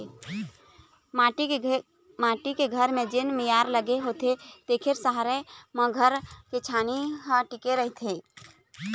माटी के घर म जेन मियार लगे होथे तेखरे सहारा म घर के छानही ह टिके रहिथे